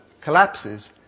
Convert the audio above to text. collapses